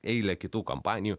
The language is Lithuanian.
eilę kitų kompanijų